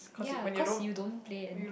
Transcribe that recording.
ya cause you don't play and